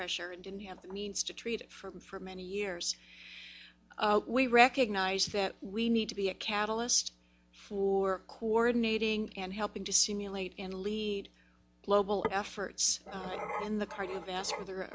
pressure and didn't have the means to treat it for many years we recognize that we need to be a catalyst for coordinating and helping to simulate and lead global efforts in the cardiovascular